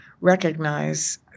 recognize